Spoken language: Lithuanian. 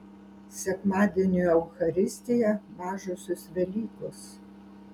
sekmadienio eucharistija mažosios velykos